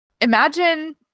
Imagine